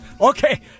Okay